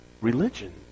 Religion